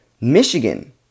Michigan